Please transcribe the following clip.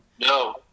No